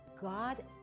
god